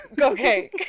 Okay